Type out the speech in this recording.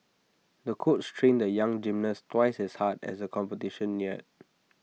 the coach trained the young gymnast twice as hard as the competition neared